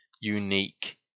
unique